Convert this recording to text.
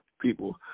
people